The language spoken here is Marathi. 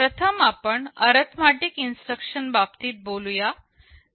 प्रथम आपण अरिथमेटिक इन्स्ट्रक्शन बाबतीत बोलूया